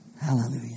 Hallelujah